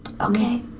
Okay